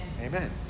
Amen